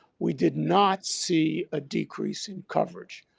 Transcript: we did not see a decrease in coverage.